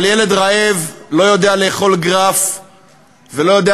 אבל ילד רעב לא יודע לאכול גרף ולא יודע